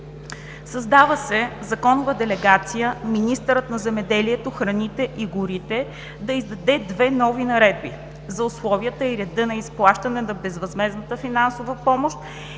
Създава се законова делегация министърът на земеделието, храните и горите да издаде две нови наредби: за условията и реда на изплащане на безвъзмездната финансова помощ